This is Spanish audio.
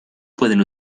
pueden